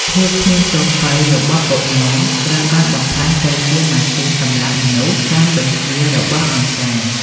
ភាពគ្មានទោសពៃរ៍របស់កុមារត្រូវបានបំប្លែងទៅជាម៉ាស៊ីនសម្លាប់មនុស្សតាមបញ្ជារបស់អង្គការ។